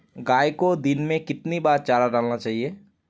गाय को दिन में कितनी बार चारा डालना चाहिए?